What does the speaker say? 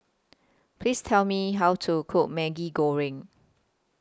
Please Tell Me How to Cook Maggi Goreng